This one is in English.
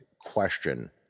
question